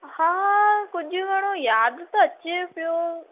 हा कुझु घणो यादि त अचे पियो